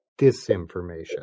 disinformation